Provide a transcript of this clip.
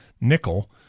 nickel